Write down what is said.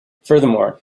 furthermore